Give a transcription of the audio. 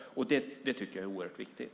Det tycker jag är oerhört viktigt.